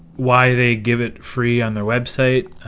why they give it free on their website,